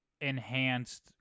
enhanced